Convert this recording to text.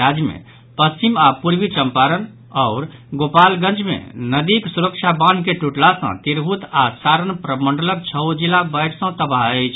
राज्य मे पश्चिमी आ पूर्वी चंपारण आओर गोपालगंज मे नदीक सुरक्षा बान्ह के टूटला सॅ तिरहुत आओर सारण प्रमंडलक छओ जिला बाढ़ि सॅ तबाह अछि